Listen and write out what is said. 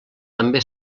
també